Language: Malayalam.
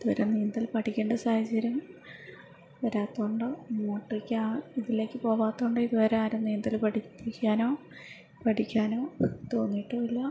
ഇതുവരെ നീന്തൽ പഠിക്കേണ്ട സാഹചര്യം വരാത്തതുകൊണ്ടോ ഇങ്ങോട്ടേക്ക് ആ ഇതിലേക്ക് പോവാത്തതുകൊണ്ട് ഇതുവരെ ആരും നീന്തൽ പഠിപ്പിക്കാനോ പഠിക്കാനോ തോന്നിയിട്ടും ഇല്ല